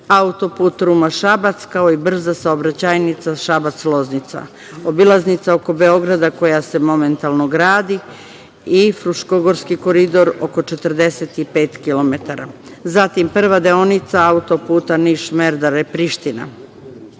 auto-put Ruma-Šabac, kao i brza saobraćajnica Šabac-Loznica, obilaznica oko Beograda, koja se momentalno gradi i Fruškogorski koridor, oko 45 km. Zatim, prva deonica auto-puta Niš-Merdare-Priština. Ako